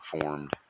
formed